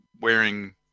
wearing